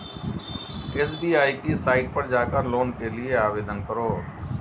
SBI की site पर जाकर लोन के लिए आवेदन करो